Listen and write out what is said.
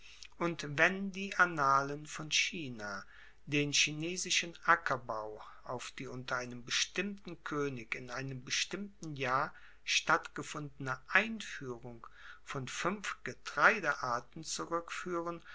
und wenn die annalen von china den chinesischen ackerbau auf die unter einem bestimmten koenig in einem bestimmten jahr stattgefundene einfuehrung von fuenf getreidearten